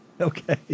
Okay